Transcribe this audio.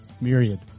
myriad